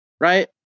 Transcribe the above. Right